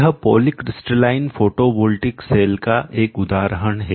यह polycrystalline photovoltaic cell का एक उदाहरण है